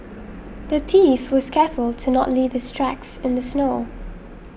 the thief was careful to not leave his tracks in the snow